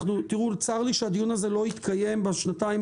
צר לי שהדיון הזה לא יתקיים בשנתיים